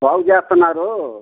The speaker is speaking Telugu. బాగు చేస్తున్నారు